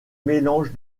mélange